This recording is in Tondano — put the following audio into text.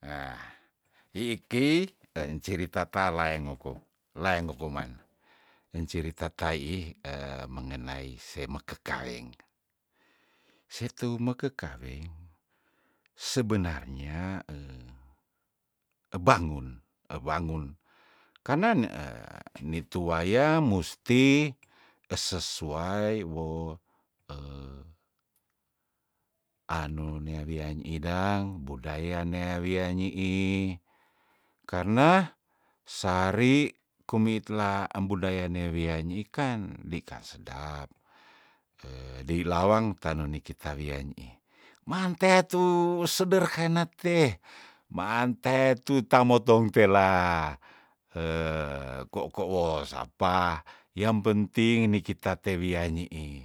Heah iiki encirita talaeng ngoko laeng ngokuman encirita taiih eh mengenai seme kekaweng setu meke kaweng sebenarnya ebangun ewangun kana nie nituwaya musti esesuai woh anu nea wian idang budaya nea wia nyiih karna sari kumitla em budaya nea wea nyiih kan dei ka sedap dei lawang tanu nikita wianiih mantea tu sederhana teeh maante tutamo tongtela heh koko wo sapa yang penting nikita tewia nyiih